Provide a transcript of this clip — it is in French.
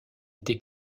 était